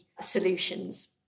solutions